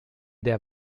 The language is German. der